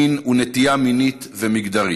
מין ונטייה מינית ומגדרית.